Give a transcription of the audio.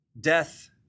Death